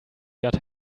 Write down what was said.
got